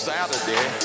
Saturday